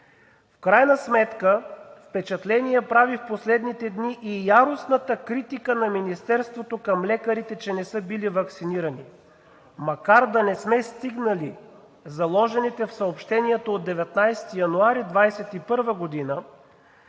В крайна сметка впечатление прави в последните дни и яростната критика на Министерството към лекарите, че не са били ваксинирани. Макар да не сме стигнали заложените в съобщението от 19 януари 2021 г.